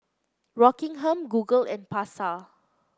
Rockingham Google and Pasar